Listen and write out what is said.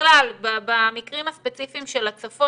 בכלל, במקרים הספציפיים של הצפון.